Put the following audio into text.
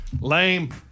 lame